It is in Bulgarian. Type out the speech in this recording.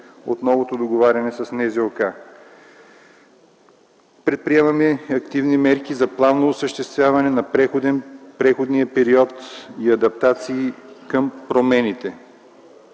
от новото договаряне с НЗОК. Предприемаме активни мерки за плавно осъществяване на преходния период и адаптация към промените.